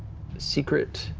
secret.